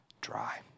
dry